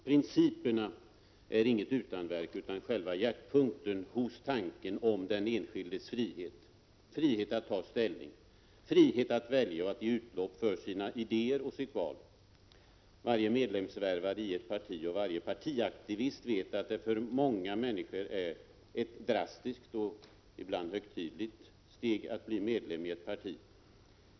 Principerna är inget utanverk utan själva hjärtpunkten i tanken om den enskildes frihet, frihet att ta ställning, frihet att välja och ge utlopp för sina idéer och sitt val. Varje medlemsvärvare i ett parti och varje partiaktivist vet att det för många människor är ett drastiskt och ibland högtidligt steg att bli medlem i ett parti.